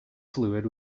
fluid